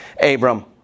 Abram